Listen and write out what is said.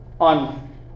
on